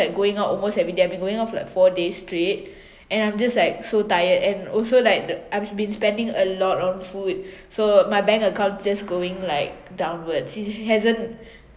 like going out almost everyday I've been going out like four days straight and I'm just like so tired and also like the I've been spending a lot on food so my bank account just going like downwards it hasn't